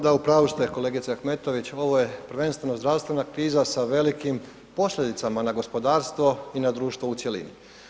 Da, u pravu ste kolegice Ahmetović, ovo je prvenstveno zdravstvena kriza sa velikim posljedicama na gospodarstvo i na društvo u cjelini.